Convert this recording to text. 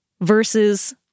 versus